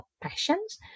passions